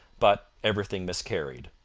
but everything miscarried.